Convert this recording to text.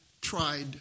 tried